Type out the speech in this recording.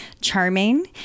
charming